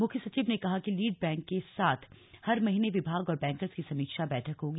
मुख्य सचिव ने कहा कि लीड बैंक के साथ हर महीने विभाग और बैंकर्स की समीक्षा बैठक होगी